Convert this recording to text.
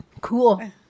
Cool